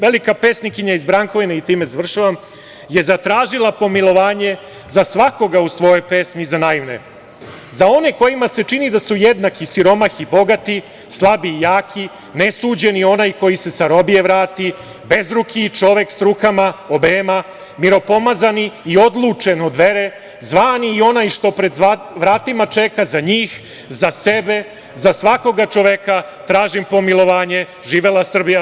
Velika pesnikinja iz Brankovine i time završavam, je zatražila pomilovanje za svakoga u svojoj pesmi, za naivne, za one kojima se čini da su jednaki, siromašni, bogati, slabi, jaki, nesuđeni onaj koji se sa robije vrati, bezruki i čovek sa rukama obema, miropomazani i odlučen od vere, zvani i onaj što pred vratima čeka, za njih, za sebe, za svakog čoveka tražim pomilovanje, živela Srbija.